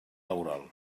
laboral